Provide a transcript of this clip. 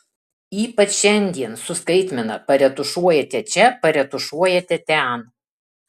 ypač šiandien su skaitmena paretušuojate čia paretušuojate ten